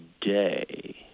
today